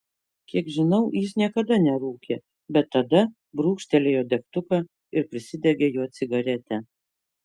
kiek žinau jis niekada nerūkė bet tada brūkštelėjo degtuką ir prisidegė juo cigaretę